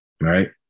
right